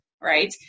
right